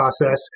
process